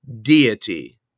deity